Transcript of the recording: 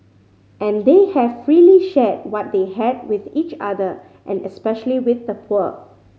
and they have freely shared what they had with each other and especially with the poor